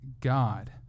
God